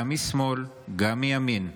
גם משמאל, גם מימין: